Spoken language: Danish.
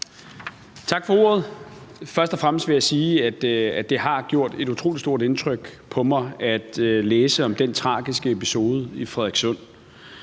Tak for ordet. Først og fremmest vil jeg sige, at det har gjort et utrolig stort indtryk på mig at læse om den tragiske episode i Frederikssund.